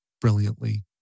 brilliantly